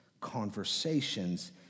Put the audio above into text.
conversations